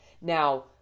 Now